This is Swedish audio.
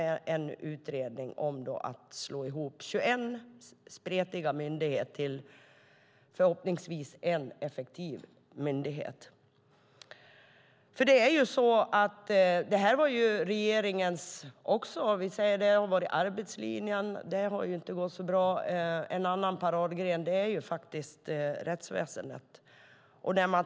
Den handlar om att slå ihop 21 spretiga myndigheter till förhoppningsvis en effektiv myndighet. Arbetslinjen har ju inte gått så bra. En annan paradgren är faktiskt rättsväsendet.